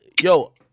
yo